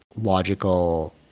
logical